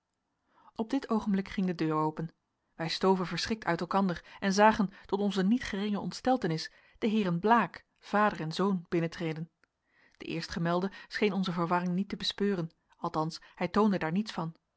op dit oogenblik ging de deur open wij stoven verschrikt uit elkander en zagen tot onze niet geringe ontsteltenis de heeren blaek vader en zoon binnentreden de eerstgemelde scheen onze verwarring niet te bespeuren althans hij toonde daar niets van